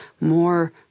more